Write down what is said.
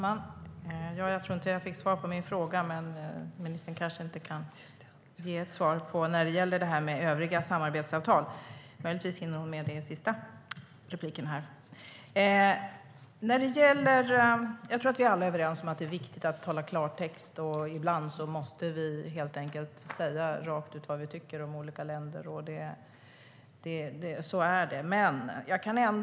Herr talman! Jag tror inte jag fick svar på min fråga. Ministern kanske inte kan ge ett svar om övriga samarbetsavtal. Möjligtvis hinner hon med det i sitt sista inlägg. Jag tror att vi alla är överens om att det är viktigt att tala klartext. Ibland måste vi helt enkelt säga rakt ut vad vi tycker om olika länder, så är det.